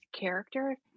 character